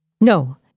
No